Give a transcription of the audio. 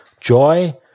joy